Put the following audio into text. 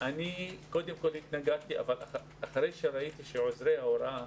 שאני קודם כל התנגדתי אבל אחרי כן ראיתי שעוזרי ההוראה